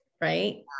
right